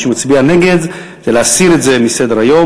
מי שמצביע נגד זה להסיר את זה מסדר-היום.